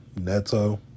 Neto